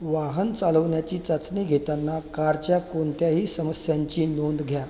वाहन चालवण्याची चाचणी घेताना कारच्या कोणत्याही समस्यांची नोंद घ्या